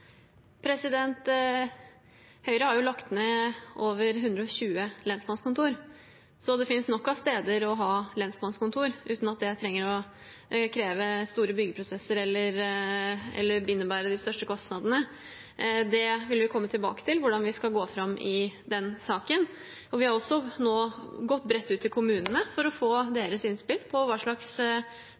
Høyre har jo lagt ned over 120 lensmannskontorer, så det finnes nok av steder å ha lensmannskontor uten at det trenger å kreve store byggeprosesser eller innebære de største kostnadene. Vi vil komme tilbake til hvordan vi skal gå fram i den saken. Vi har nå også gått bredt ut til kommunene for å få deres innspill om hva slags